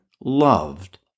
loved